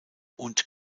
und